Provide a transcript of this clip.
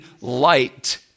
light